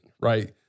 right